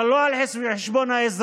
אבל לא על חשבון האזרח.